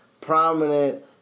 prominent